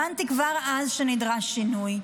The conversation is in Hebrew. הבנתי כבר אז שנדרש שינוי.